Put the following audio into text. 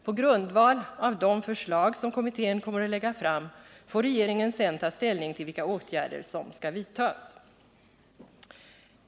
På grundval av de förslag som kommittén kommer att lägga fram får regeringen sedan ta ställning till vilka åtgärder som skall vidtas.